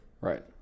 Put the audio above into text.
Right